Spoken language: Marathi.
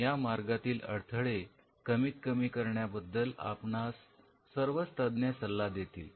या मार्गातील अडथळे कमीत कमी करण्या बद्दल आपणास सर्वच तज्ञ सल्ला देतील